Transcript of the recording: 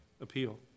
appeal